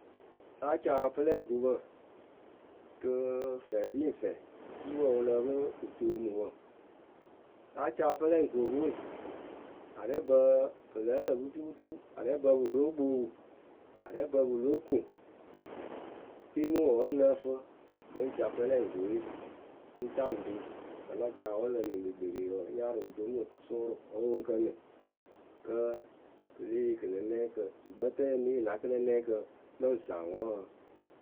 láa ca apɨlɛŋkopǝ Rɨ fɛɛ ri ŋ fɛɛ ciiwǝ wɨ lǝ pɨ wɨ toomu wǝ. Láa ca apɨlɛŋkopǝ we. arɛɛbǝǝ pɨ lǝ́ǝ lǝ putuputu arɛɛbǝ pɨ lóo kpoopu, arɛɛbǝ pɨ lóo koŋ Temuwǝ wǝ́ ŋ nǝ́ǝ fɨ mɨ ŋ ca pɨlɛŋkoye ŋ ta ŋ re vǝ́ la ca wǝ́ wɨ lǝ nɨŋ kpekperee wǝǝ ŋ nyarɨ ŋ co ŋ mɨ sʊʊrʊ ǝ wɨ ŋ kǝ nɨŋ Kǝ́ pɨ lée yee kɨnɨnɛkǝ, tukpǝtǝǝ ŋ née yee na kɨnɨnɛkǝ mɨ ŋ saŋ wǝǝ.